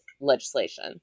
legislation